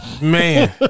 man